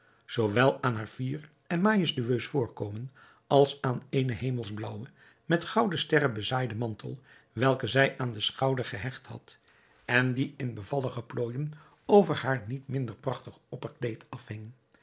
zoowel aan haar fier en majestueus voorkomen als aan eenen hemelsblaauwen met gouden sterren bezaaiden mantel welke zij aan den schouder gehecht had en die in bevallige plooijen over haar niet minder prachtig opperkleed afhing